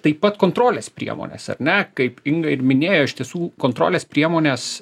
taip pat kontrolės priemonės ar ne kaip inga ir minėjo iš tiesų kontrolės priemonės